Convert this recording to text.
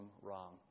wrong